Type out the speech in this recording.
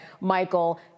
Michael